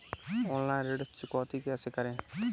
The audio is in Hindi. ऑनलाइन ऋण चुकौती कैसे करें?